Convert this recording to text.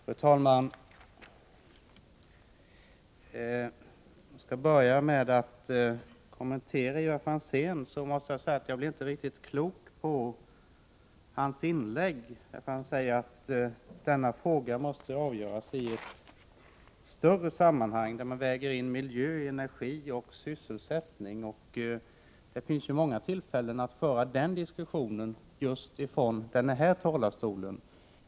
Fru talman! Jag skall börja med att kommentera Ivar Franzéns inlägg, men jag måste säga att jag inte blev riktigt klok på vad han menade när han sade att denna fråga måste avgöras i ett större sammanhang, där man väger in miljö, energi och sysselsättning. Det finns ju många tillfällen att föra en diskussion om detta här i kammaren.